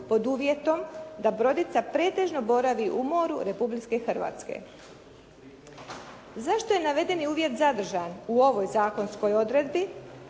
pod uvjetom da brodica pretežno boravi u moru Republike Hrvatske. Zašto je navedeni uvjet zadržan u ovoj zakonskoj odredbi